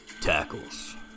tackles